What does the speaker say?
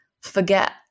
forget